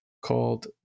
called